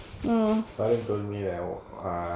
faryn told me the ah